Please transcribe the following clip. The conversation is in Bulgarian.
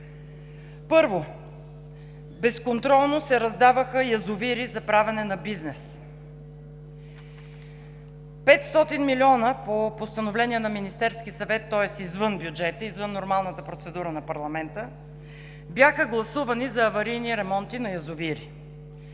Първо, безконтролно се раздаваха язовири за правене на бизнес. Петстотин милиона по постановление на Министерския съвет, тоест извън бюджета, извън нормалната процедура на парламента, бяха гласувани за аварийни ремонти на язовири.